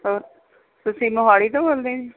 ਹੋਰ ਤੁਸੀਂ ਮੋਹਾਲੀ ਤੋਂ ਬੋਲਦੇ ਹੈ ਜੀ